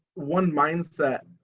one mindset.